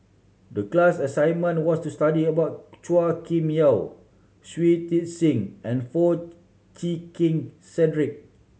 the class assignment was to study about Chua Kim Yeow Shui Tit Sing and Foo Chee Keng Cedric